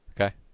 Okay